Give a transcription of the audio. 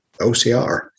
OCR